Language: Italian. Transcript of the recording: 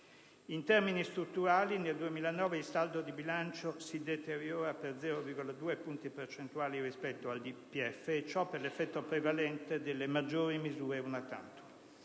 In termini strutturali, nel 2009 il saldo di bilancio si deteriora per 0,2 punti percentuali rispetto al DPEF, e ciò per effetto prevalente delle maggiori misure *una tantum*.